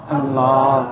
Allah